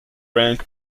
rank